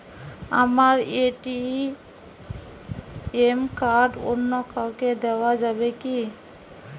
আমার ATM card অন্য কাউকে দেওয়া যাবে কি?